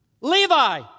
Levi